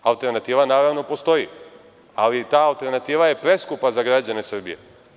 Alternativa, naravno, postoji, ali ta alternativa je preskupa za građane Srbije.